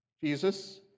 Jesus